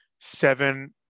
seven